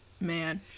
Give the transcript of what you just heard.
Man